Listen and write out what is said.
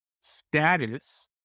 status